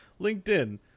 linkedin